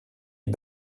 est